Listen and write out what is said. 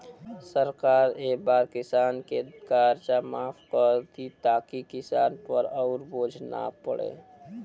सरकार ए बार किसान के कर्जा माफ कर दि ताकि किसान पर अउर बोझ ना पड़े